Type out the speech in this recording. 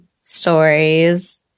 stories